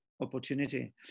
opportunity